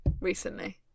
recently